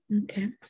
Okay